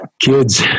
Kids